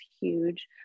huge